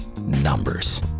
numbers